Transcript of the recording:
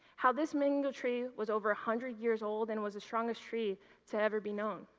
how this mango tree was over a hundred years old and was the strongest tree to ever be known.